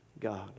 God